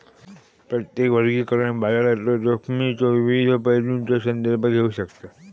प्रत्येक वर्गीकरण बाजारातलो जोखमीच्यो विविध पैलूंचो संदर्भ घेऊ शकता